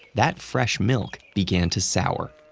that fresh milk began to sour.